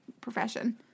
profession